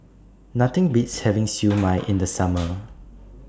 Nothing Beats having Siew Mai in The Summer